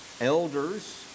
elders